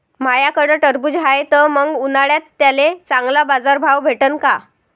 माह्याकडं टरबूज हाये त मंग उन्हाळ्यात त्याले चांगला बाजार भाव भेटन का?